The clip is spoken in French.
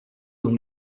dans